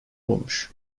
olmuş